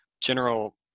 general